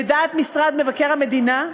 לדעת משרד מבקר המדינה,